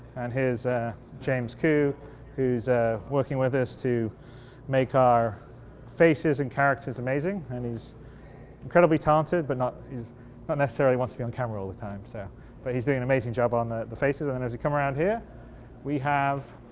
and here's james ku who's ah working with us to make our faces and characters amazing and he's incredibly talented, but not ah necessarily wants to be on the camera all the time, so but he's doing an amazing job on the the faces. and and as you come around here we have